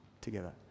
together